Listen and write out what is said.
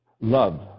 love